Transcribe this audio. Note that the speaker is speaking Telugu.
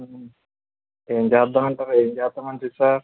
ఏమి చేద్దాం అంటారు ఏమి చేస్తే మంచిది సార్